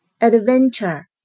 Adventure